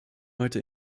heute